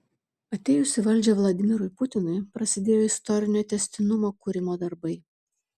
atėjus į valdžią vladimirui putinui prasidėjo istorinio tęstinumo kūrimo darbai